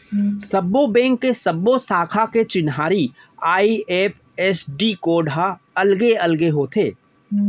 सब्बो बेंक के सब्बो साखा के चिन्हारी आई.एफ.एस.सी कोड ह अलगे अलगे होथे